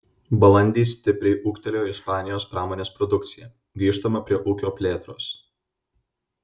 balandį stipriai ūgtelėjo ispanijos pramonės produkcija grįžtama prie ūkio plėtros